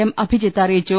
M Abhijith അറിയിച്ചു